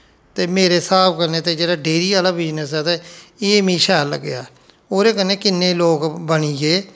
ते मेरे स्हाब कन्नै ते जेह्ड़ा डेरी आह्ला बिजनस ऐ ते एह् मीं शैल लग्गेआ ओह्दे कन्नै किन्ने लोग बनी गे